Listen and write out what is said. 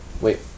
Wait